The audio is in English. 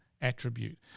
attribute